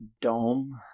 Dome